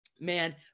man